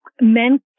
men